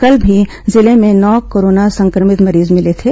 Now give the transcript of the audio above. कल भी जिले में नौ कोरोना संक्रमित मरीज मिले थे